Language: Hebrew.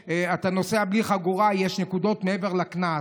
נוסע בלי חגורה, יש נקודות, מעבר לקנס.